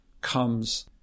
comes